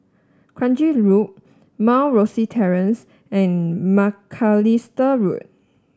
Kranji Loop Mount Rosie Terrace and Macalister Road